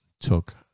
took